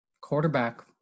quarterback